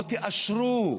בואו תאשרו,